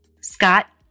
Scott